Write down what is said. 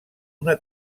una